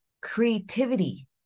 creativity